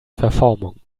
verformung